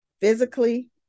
physically